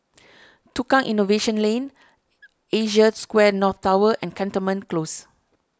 Tukang Innovation Lane Asia Square North Tower and Cantonment Close